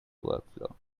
workflow